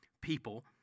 people